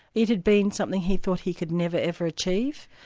it had been something he thought he could never ever achieve,